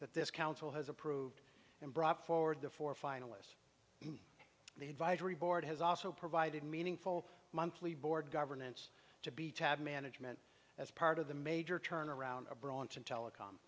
that this council has approved and brought forward the four finalists the advisory board has also provided meaningful monthly board governance to be tabbed management as part of the major turnaround bronson telecom